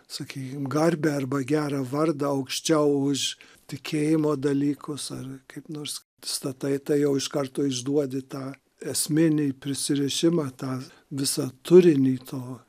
sakykim garbę arba gerą vardą aukščiau už tikėjimo dalykus ar kaip nors statai tai jau iš karto išduodi tą esminį prisirišimą tą visą turinį to